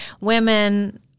women